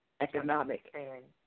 economic